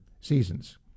seasons